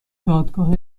دادگاه